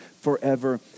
forever